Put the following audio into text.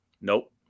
Nope